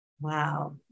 Wow